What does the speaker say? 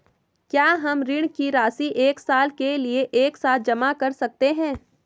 क्या हम ऋण की राशि एक साल के लिए एक साथ जमा कर सकते हैं?